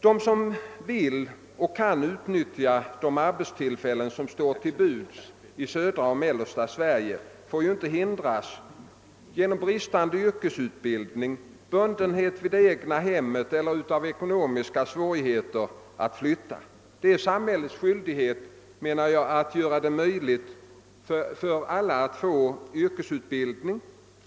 De som vill och kan utnyttja de arbetstillfällen som står till buds i södra och mellersta Sverige får inte hindras genom bristande yrkesutbildning, bundenhet av det egna hemmet eller ekonomiska svårigheter. Det är samhällets skyldighet att göra det möjligt för alla att få yrkesutbildning.